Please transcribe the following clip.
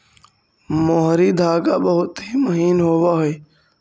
मोहरी धागा बहुत ही महीन होवऽ हई